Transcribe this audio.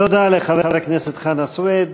תודה רבה לחבר הכנסת חנא סוייד.